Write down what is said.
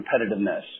competitiveness